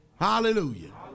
Hallelujah